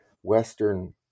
Western